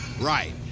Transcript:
Right